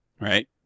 Right